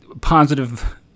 Positive